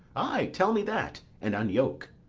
ay, tell me that, and unyoke.